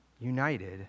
united